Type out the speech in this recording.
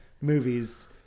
movies